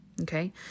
Okay